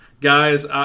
Guys